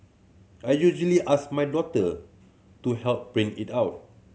I usually ask my daughter to help print it out